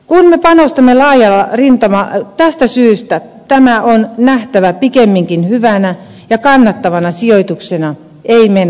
kun me panostamme laajalla rintamalla tästä syystä tämä on nähtävä pikemminkin hyvänä ja kannattavana sijoituksena ei menoeränä